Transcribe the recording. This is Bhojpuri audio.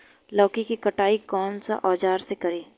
लौकी के कटाई कौन सा औजार से करी?